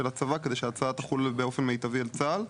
הצבא כדי שההצעה תחול באופן מיטיבי על צה"ל.